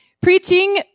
preaching